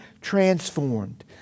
transformed